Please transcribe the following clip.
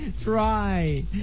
Try